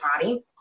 body